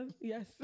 Yes